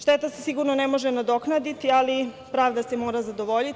Šteta se sigurno ne može nadoknaditi, ali pravda se mora zadovoljiti.